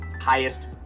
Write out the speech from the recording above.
highest